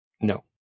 No